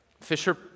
Fisher